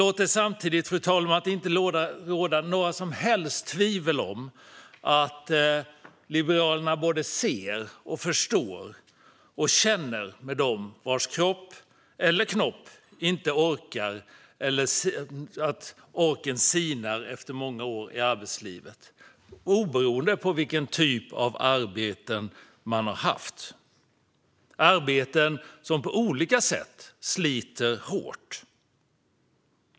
Låt det samtidigt inte råda några som helst tvivel om att Liberalerna ser, förstår och känner med dem vars kropp eller knopp inte orkar längre, att orken sinar, efter många år i arbetslivet oberoende av vilken typ av arbete man har haft, arbeten som på olika sätt sliter hårt.